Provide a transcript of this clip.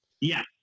Yes